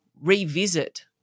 revisit